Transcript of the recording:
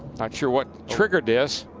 not sure what triggered this.